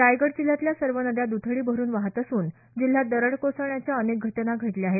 रायगड जिल्ह्यातल्या सर्व नद्या द्थडी भरुन वाहत असून जिल्हयात दरड कोसळण्याच्या अनेक घटना घडल्या आहेत